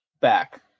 back